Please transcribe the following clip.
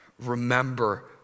Remember